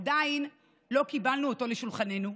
עדיין לא קיבלנו אותו לשולחננו,